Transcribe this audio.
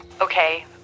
Okay